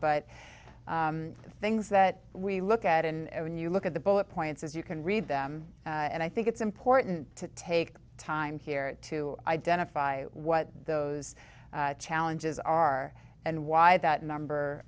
efficient but things that we look at and when you look at the bullet points as you can read them and i think it's important to take time here to identify what those challenges are and why that number